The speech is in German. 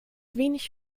wenig